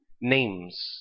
names